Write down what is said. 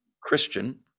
Christian